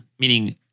meaning